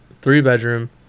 three-bedroom